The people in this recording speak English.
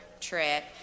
trip